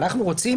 אנחנו רוצים